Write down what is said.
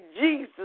Jesus